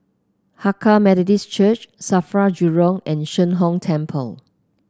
Hakka Methodist Church Safra Jurong and Sheng Hong Temple